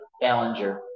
Ballinger